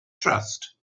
trust